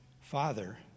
father